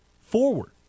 forward